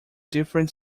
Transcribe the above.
different